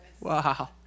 Wow